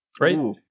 Right